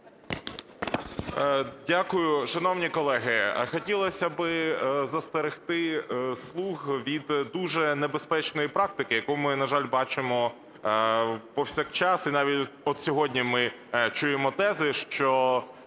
Дякую. Шановні колеги, хотілося би застерегти "слуг" від дуже небезпечної практики, яку ми, на жаль, бачимо повсякчас. І навіть от сьогодні ми чуємо тези, що